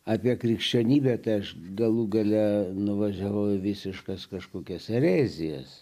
apie krikščionybę tai aš galų gale nuvažiavau į visiškas kažkokias erezijas